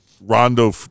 Rondo